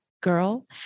girl